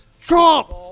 Trump